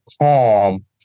calm